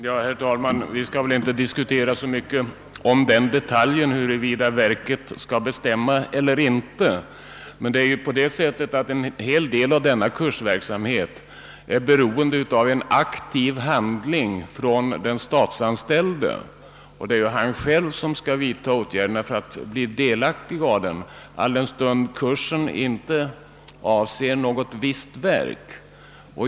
Herr talman! Vi skall väl inte diskutera så mycket om den detaljen, huruvida verket skall bestämma eller inte, men det är ju på det sättet att en hel del av denna kursverksamhet är beroende av en aktiv handling från den statsanställde. Det är han själv som skall vidta åtgärder för att bli delaktig av den, alldenstund kursen inte avser något visst verk.